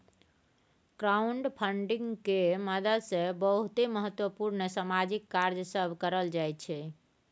crowdfunding के मदद से बहुते महत्वपूर्ण सामाजिक कार्य सब करल जाइ छइ